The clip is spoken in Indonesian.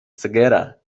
segera